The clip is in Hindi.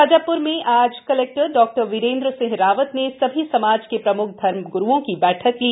शाजापूर में आज कलेक्टर डॉ वीरेंद्र सिंह रावत ने सभी समाज के प्रमुख धर्म गुरुओं की बैठक ली